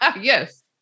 Yes